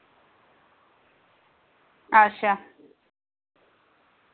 अच्छा